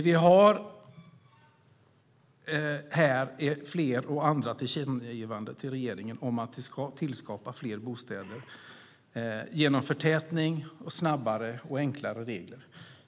Vi har här fler och andra tillkännagivanden till regeringen om att tillskapa fler bostäder genom förtätning och snabbare och enklare regler.